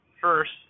first